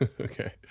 okay